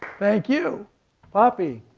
thank you poppy,